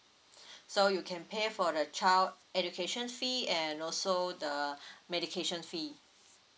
so you can pay for the child education fee and also the medication fee